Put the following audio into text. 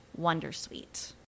Wondersuite